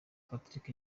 patrick